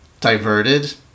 diverted